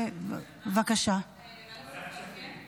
לוועדת הכספים.